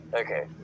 Okay